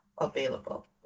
available